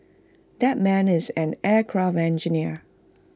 that man is an aircraft engineer